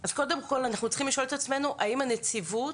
אז אנחנו צריכים לשאול את עצמנו האם הנציבות,